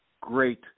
great